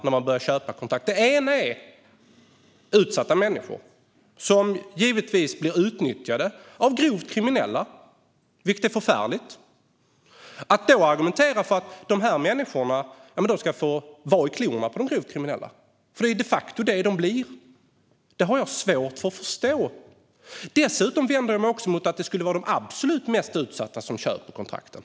Det ena är givetvis att utsatta människor blir utnyttjade av grovt kriminella, vilket är förfärligt. Att då argumentera för att dessa människor ska få vara i klorna på de grovt kriminella, för det är de facto det de blir, har jag svårt att förstå. Jag vänder mig dessutom emot att det skulle vara de absolut mest utsatta som köper kontrakten.